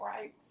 right